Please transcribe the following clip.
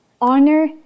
honor